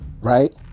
right